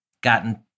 gotten